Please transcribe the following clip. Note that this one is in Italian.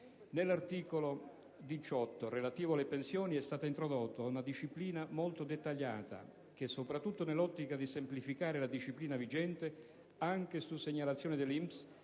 Nell'articolo 18, relativo alle pensioni, è stata introdotta una disciplina molto dettagliata che, soprattutto nell'ottica di semplificare la disciplina vigente (anche su segnalazione dell'INPS,